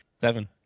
seven